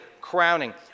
crowning